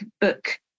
book